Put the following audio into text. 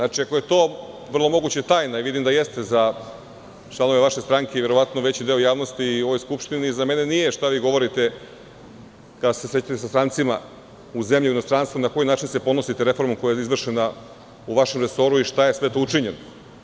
Ako je to vrlo moguće tajna i vidim da jeste, za članove vaše stranke i verovatno veći deo javnosti i u ovoj Skupštini, za mene nije šta vi govorite kada ste se sretali sa strancima u zemlji i inostranstvu, na koji način se ponosite reformom koja je izvršena u vašem resoru i šta je sve to učinjeno.